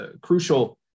crucial